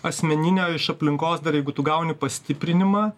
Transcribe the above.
asmeninė iš aplinkos dar jeigu tu gauni pastiprinimą